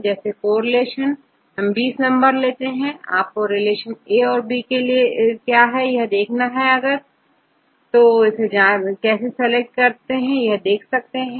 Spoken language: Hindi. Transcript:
जैसे कॉरिलेशन हम 20 नंबर लेते हैं आप को रिलेशनA औरB के लिए भी जान सकते हैं और इनमें से किस को सेलेक्ट करना है देख सकते हैं